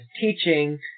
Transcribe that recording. teaching